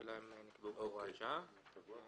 בהתחלה הן נקבעו כהוראת שעה וכאן